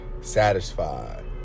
satisfied